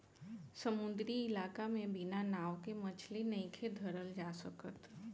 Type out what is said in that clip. समुंद्री इलाका में बिना नाव के मछली नइखे धरल जा सकत